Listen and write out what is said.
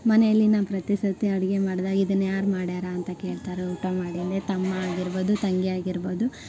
ಮನೆಯಲ್ಲಿ ನಾ ಪ್ರತಿಸತಿ ಅಡುಗೆ ಮಾಡ್ದಾಗ ಇದನ್ನು ಯಾರು ಮಾಡಿದಾರೆ ಅಂತ ಕೇಳ್ತಾರೆ ಊಟ ಮಾಡಿಂದೆ ತಮ್ಮ ಆಗಿರ್ಬೋದು ತಂಗಿ ಆಗಿರ್ಬೋದು